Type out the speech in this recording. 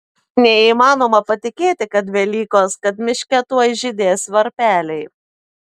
neįmanoma patikėti kad velykos kad miške tuoj žydės varpeliai